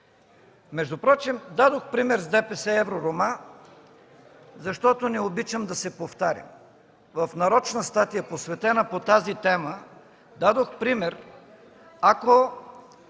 Впрочем дадох пример с ДПС, „Евророма“, защото не обичам да се повтарям. В нарочна статия, посветена по тази тема, дадох пример, ако